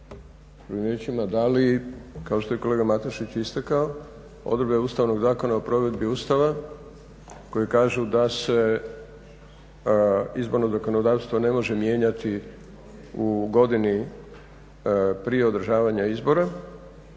Drugim riječima da li kao što je kolega Matušić istakao odredbe Ustavnog zakona o provedbi Ustava koje kažu da se izborno zakonodavstvo ne može mijenjati u godini prije održavanja izbora